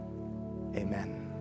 amen